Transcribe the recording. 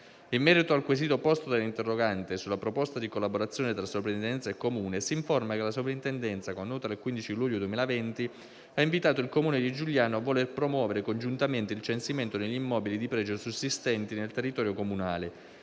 In merito al quesito posto dall'interrogante sulla proposta di collaborazione tra Soprintendenza e Comune, si informa che la Soprintendenza, con nota del 15 luglio 2020, ha invitato il Comune di Giugliano a voler promuovere congiuntamente il censimento degli immobili di pregio sussistenti nel territorio comunale